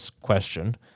question